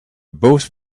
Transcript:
both